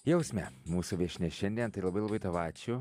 jausmė mūsų viešnia šiandien tai labai labai tau ačiū